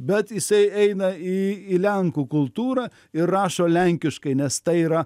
bet jisai eina į į lenkų kultūrą ir rašo lenkiškai nes tai yra